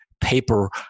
paper